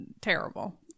terrible